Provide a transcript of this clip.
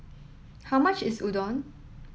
how much is Udon